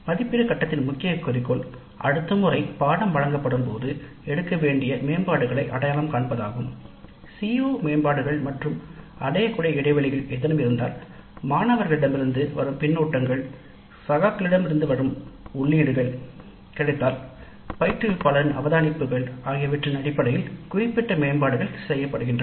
மதிப்பீட்டு கட்டத்தின் முக்கிய குறிக்கோள் அடுத்த முறை பாடத்திட்டம் நடந்தபோது எடுக்கவேண்டிய மேம்பாடுகளை அடையாளம் காண்பது ஆகும் அடையக்கூடிய இடைவெளிகளின் அடிப்படையில் குறிப்பிட்ட மேம்பாடுகள் செய்யப்படுகின்றன ஏதேனும் இருந்தால் மாணவர்களிடமிருந்து கருத்து சகாக்களிடமிருந்து உள்ளீடுகள் அது கிடைத்தால் பயிற்றுவிப்பாளர் அவதானிப்புகள் இவை அனைத்தும் அடிப்படையிலும் ஏற்பாடுகள் செய்யப்படுகின்றன